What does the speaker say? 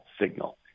signal